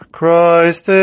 Christ